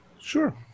Sure